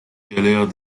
galère